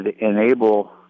enable